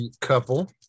couple